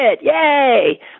yay